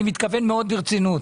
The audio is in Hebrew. אני מתכוון מאוד ברצינות.